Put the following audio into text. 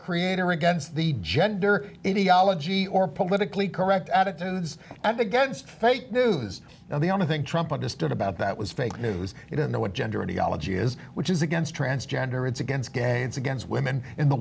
creator against the gender idiology or politically correct attitudes and against fake news now the only thing trump understood about that was fake news you don't know what gender idiology is which is against transgender it's against gay it's against women in the